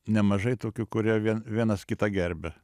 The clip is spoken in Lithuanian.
nemažai tokių kurie vien vienas kitą gerbia